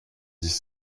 dix